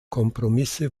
kompromisse